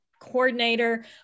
coordinator